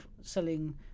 selling